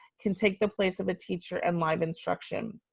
can take the place of a teacher and live instruction.